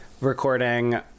recording